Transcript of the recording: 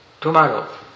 Tomorrow